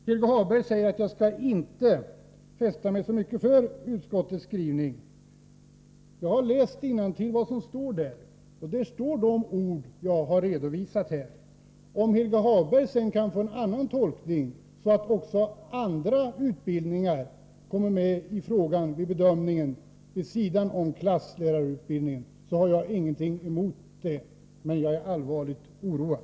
Helge Hagberg säger att jag inte skall fästa mig så mycket vid utskottets skrivning. Men jag har läst innantill vad som står där, och det är de ord jag åberopade. Om Helge Hagberg kan tolka skrivningen som att också andra utbildningar än klasslärarutbildningen kommer i fråga vid bedömningen, så har jag ingenting emot det. Men jag är allvarligt oroad.